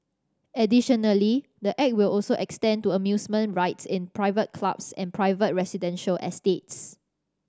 additionally the act will also extend to amusement rides in private clubs and private residential estates